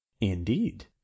indeed